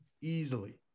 Easily